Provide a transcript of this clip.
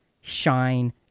shine